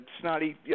snotty